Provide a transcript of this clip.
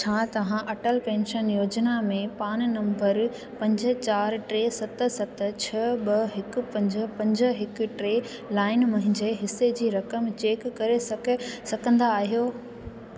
छा तव्हां अटल पेंशन योजना में पान नंबर पंज चारि टे सत सत छह ॿ हिक पंज पंज हिक टे आहिनि मुंहिंजे हिसे जी रक़म चेक करे सघे सघंदा आहियो